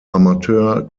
amateur